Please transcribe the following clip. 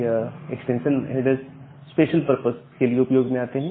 ये extension headers special purpose के लिए उपयोग में आते हैं